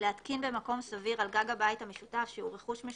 להתקין במקום סביר על גג הבית המשותף שהוא רכוש משותף,